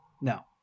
No